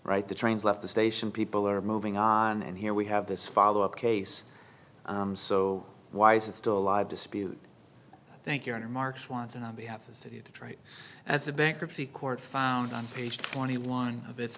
right the train's left the station people are moving on and here we have this follow up case so why is it still a lot of dispute thank you and marsh wants in on behalf of the city to try as the bankruptcy court found on page twenty one of its